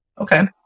okay